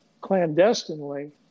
clandestinely